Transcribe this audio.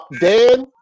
Dan